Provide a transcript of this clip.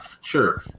Sure